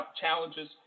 challenges